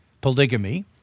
polygamy